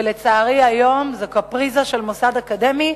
ולצערי היום זו קפריזה של מוסד אקדמי,